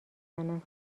زنم